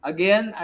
Again